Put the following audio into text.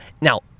Now